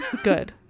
Good